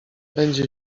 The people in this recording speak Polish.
będzie